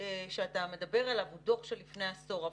שאתה מדבר עליו הוא דוח מלפני עשור.